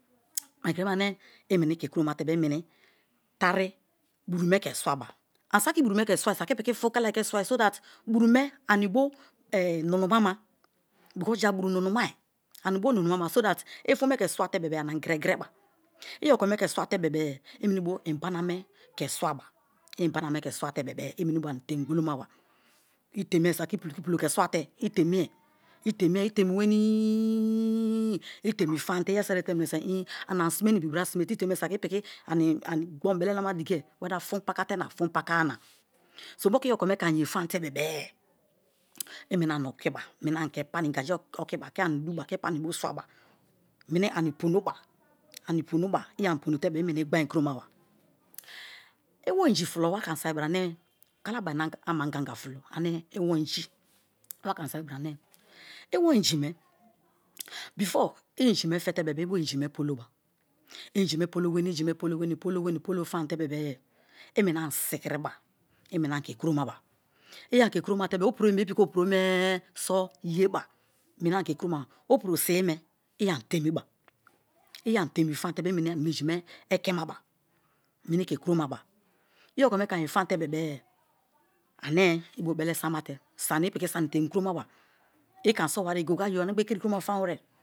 mai kramaye ane i meni ke kuro mate-e imeni tari buru me ke swaba, ani saki i buru me ke sawai saki i piki fun kalai ke swai so that buru me ani bo mimim ama because ja bu̠ru̠ numumai ani bo nunu ma so tha i fun me ke swate ani gre-gre ba i o̠ko̠me ke swat e bebe-e i meni bo inbana me ke swaba, i inbana me ke swate-be-e i meni bo ani temi gbo̠lōmaba. I temi saki i pulo ke swate i temie, i temie, i̠ te̠mi̠ wenu̠ itemi fam-te iye ri so̠ erite meni so i̠i̠ ana ni sime na ibi bra simete. I̠ te̠mi̠e saki i̠ piki gbon bele lama dikie wether fun pakate na fun paka-a na. So moku i okome ke ani yefam-te bebe-e. I̠ meni ani okiba meni ani̠ ke pani ingaji okiba ke ani duba ke pani bo swa ba meni ani pōnōba, ani pōnōba i̠ ani pōnōte be̠be̠-e̠ i̠ meni gbain kuromaba iwo inji fulo wake̠ ani̠ so̠i bra ane kalabarina amangaga fu̠lo ane iwo i̠ngi̠ wake̠ ani soibra ane iwo i̠nji̠ me before i inji me fete bebe-e i bo i̠nji̠ pōlō ba i inji polo wenii, polo wenii pōlō famte bebe-e ī meni ani sikiriba, i meni ani ke kuromaba i ani ke kuroma te opuro emi i piki̱ o̱pu̱ro me̱-e̱e̱ so̱ ye ba me̱ni̱ ani̱ ke ku̱ro̱maba opuro sibi-me i ana temiba. I̱ ani temi famte bee i̱ meni ani minji ekema-ba aneme ke kuroma ba. I̱ okome ke̱ aniye femte be-e ane ibo be̱le̱ samate, sani i piki bo sa̱ni̱ te̱mi̱ kuroma ba i ke ani soba ye goye-goye ayo anigba i kiri kuro ma famawere.